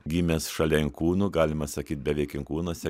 gimęs šalia inkūnų galima sakyt beveik inkūnuose